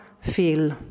feel